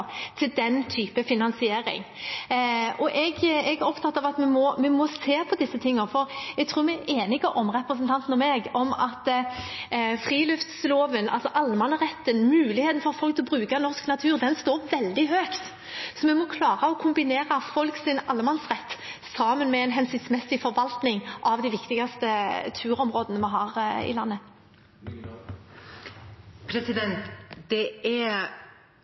til den typen finansiering. Jeg er opptatt av at vi må se på disse tingene, for jeg tror vi er enige om, representanten Lyngedal og jeg, at friluftsloven, allemannsretten, muligheten for folk til å bruke norsk natur, står veldig sterkt. Vi må klare å kombinere folks allemannsrett med en hensiktsmessig forvaltning av de viktigste turområdene vi har i landet. Det er